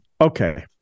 Okay